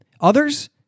Others